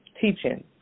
teaching